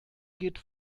geht